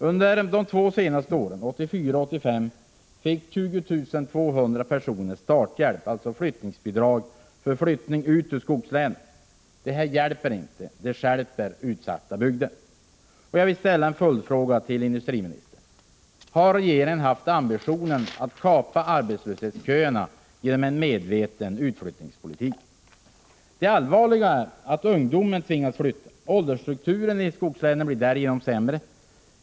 Under det två senaste åren, alltså under 1984 och 1985, fick 20 200 personer starthjälp, dvs. flyttningsbidrag, så att de kunde flytta från skogslänen. Detta hjälper dock inte utsatta bygder utan stjälper. Det allvarliga är ju att ungdomen tvingas flytta. Åldersstrukturen i skogslänen blir därigenom sämre.